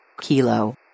Kilo